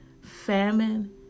Famine